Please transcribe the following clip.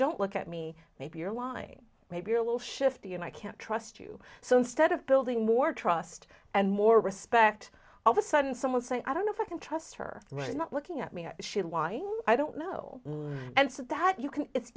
don't look at me maybe you're lying maybe a little shifty and i can't trust you so instead of building more trust and more respect all the sudden someone say i don't know if i can trust her right not looking at me i should why i don't know and so that you can it's